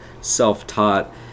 self-taught